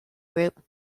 group